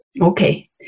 Okay